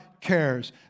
cares